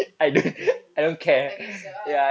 mm mm tak kisah ah